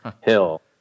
Hill